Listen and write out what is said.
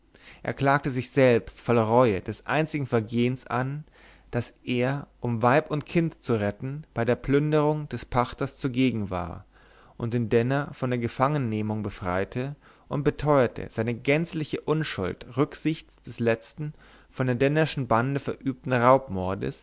er klagte sich selbst voll reue des einzigen vergehens an daß er um weib und kind zu retten bei der plünderung des pachters zugegen war und den denner von der gefangennehmung befreite und beteuerte seine gänzliche unschuld rücksichts des letzten von der dennerschen bande verübten raubmordes